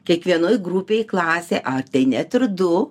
kiekvienoj grupėj klasė ar tai net ir du